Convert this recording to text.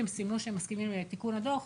הם סימנו שהם מסכימים לתיקון הדוח,